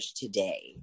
today